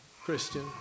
Christian